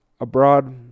abroad